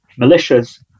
militias